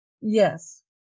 Yes